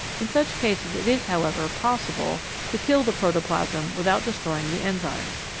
in such cases it is, however, possible to kill the protoplasm without destroying the enzymes.